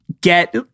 get